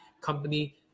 company